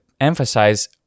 emphasize